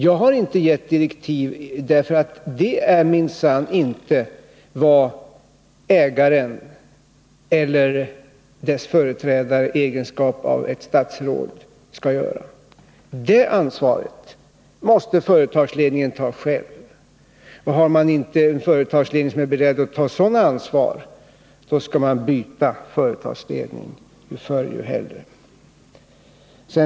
Jag har inte gett direktiv, för det är minsann inte vad ägaren eller hans företrädare i egenskap av ett statsråd skall göra. Det ansvaret måste företagsledningen ta själv. Och har man inte en företagsledning som är beredd att ta sådant ansvar skall man byta företagsledning — ju förr dess bättre.